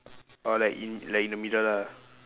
orh like in like in the middle lah